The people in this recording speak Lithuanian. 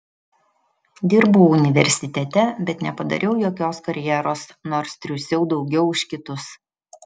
dirbau universitete bet nepadariau jokios karjeros nors triūsiau daugiau už kitus